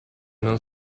non